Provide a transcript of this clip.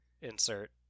insert